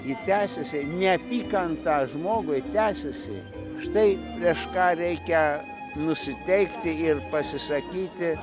ji tęsiasi neapykanta žmogui tęsiasi štai prieš ką reikia nusiteikti ir pasisakyti